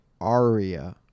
Aria